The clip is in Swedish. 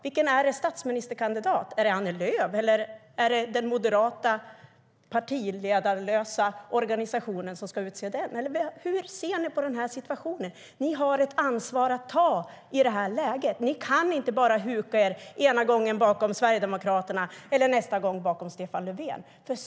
Vilken är er statsministerkandidat - är det Annie Lööf, eller är det den partiledarlösa moderata organisationen som ska utse den? Hur ser ni på den här situationen? Ni har ett ansvar att ta i det här läget. Ni kan inte bara huka er ena gången bakom Sverigedemokraterna och nästa gång bakom Stefan Löfven.